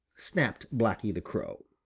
snapped blacky the crow.